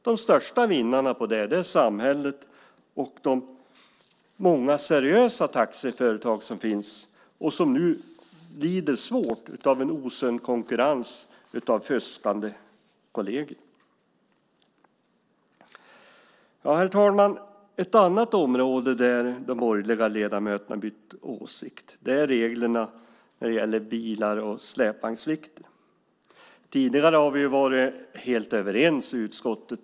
De största vinnarna på det är samhället och de många seriösa taxiföretag som finns och som nu lider svårt av en osund konkurrens från fuskande kolleger. Herr talman! Ett annat område där de borgerliga ledamöterna har bytt åsikt är reglerna för bilar och släpvagnsvikter. Tidigare har vi varit helt överens i utskottet.